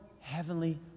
heavenly